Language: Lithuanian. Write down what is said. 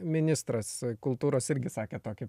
ministras kultūros irgi sakė tokį